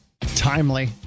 Timely